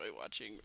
watching